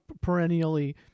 perennially